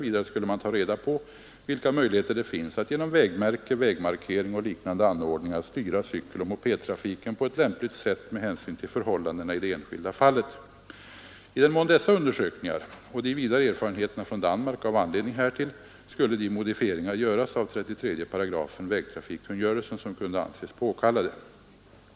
Vidare skulle man ta reda på vilka möjligheter det finns att genom vägmärke, vägmarkering och liknande anordningar styra cykeloch mopedtrafiken på ett lämpligt sätt med hänsyn till förhållandena i det enskilda fallet. I den mån dessa undersökningar och de vidare erfarenheterna från Danmark gav anledning härtill, skulle de modifieringar göras av 33 § vägtrafikkungörelsen som kunde anses påkallade.